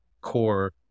core